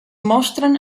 mostren